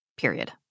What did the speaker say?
period